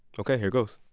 ok, here goes